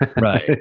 Right